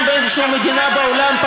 זה קיים באיזושהי מדינה בעולם,